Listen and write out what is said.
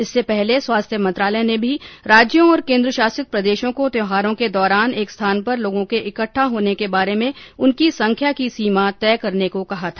इससे पहले स्वास्थ्य मंत्रालय ने भी राज्यों और केन्द्र शासित प्रदेशों को त्यौहारों के दौरान एक स्थान पर लोगों के इकटठा होने के बारे में उनकी संख्या की सीमा तय करने को कहा था